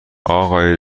آقای